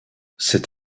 c’est